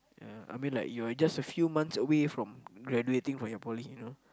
ya I mean like you're just a few months from graduating from your poly you know